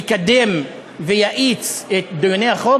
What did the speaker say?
זה יקדם ויאיץ את דיוני החוק,